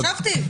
חשבתי.